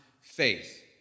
faith